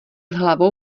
hlavou